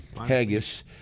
haggis